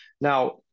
Now